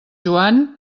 joan